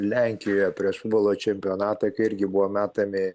lenkijoje prieš futbolo čempionatą kai irgi buvo metami